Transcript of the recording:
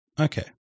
Okay